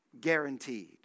guaranteed